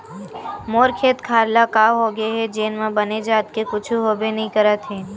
मोर खेत खार ल का होगे हे जेन म बने जात के कुछु होबे नइ करत हे